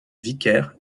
vicaire